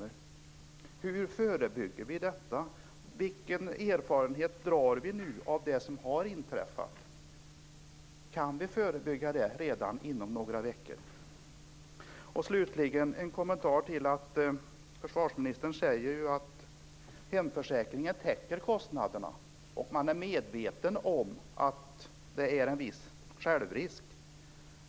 Hur förebygger vi detta? Vilken erfarenhet drar vi nu av det som har inträffat? Kan vi förebygga detta redan inom några veckor? Slutligen vill jag kommentera att försvarsministern säger att hemförsäkringen täcker kostnaderna och att man är medveten om att det är en viss självrisk.